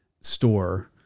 store